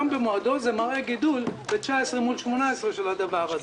זה מראה גידול ב-2019 מול 2018 של הדבר הזה.